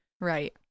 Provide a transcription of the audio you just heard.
Right